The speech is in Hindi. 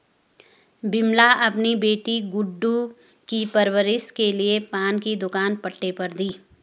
विमला अपनी बेटी गुड्डू की परवरिश के लिए पान की दुकान पट्टे पर दी